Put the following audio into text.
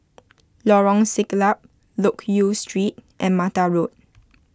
Lorong Siglap Loke Yew Street and Mata Road